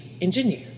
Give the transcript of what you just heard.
Engineer